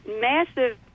massive